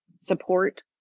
support